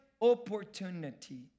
opportunity